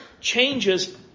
changes